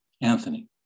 Anthony